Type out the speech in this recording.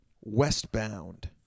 westbound